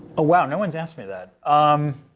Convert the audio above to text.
wow. no one's asked me that. um